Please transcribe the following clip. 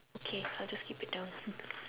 okay I'll just keep it down